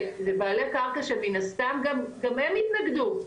זה בעלי קרקע שמן הסתם גם הם התנגדו,